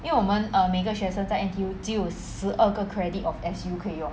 因为我们 err 每个学生在 N_T_U 只有十二个 credit of S_U 可以用